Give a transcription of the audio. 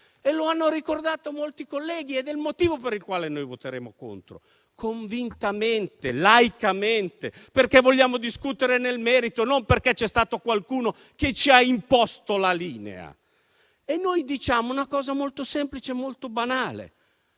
Come ricordato da molti colleghi, è il motivo per il quale noi voteremo contro convintamente e laicamente, perché vogliamo discutere nel merito e non perché qualcuno ci ha imposto la linea. Noi diciamo una cosa molto semplice e banale: